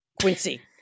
quincy